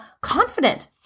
confident